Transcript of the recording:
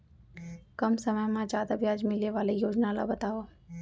कम समय मा जादा ब्याज मिले वाले योजना ला बतावव